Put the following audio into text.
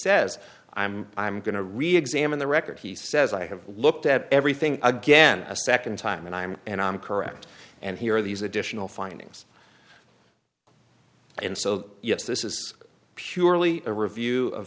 says i'm i'm going to reexamine the record he says i have looked at everything again a second time and i'm and i'm correct and here are these additional findings and so yes this is purely a review of